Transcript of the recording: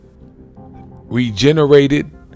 regenerated